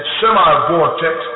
semi-vortex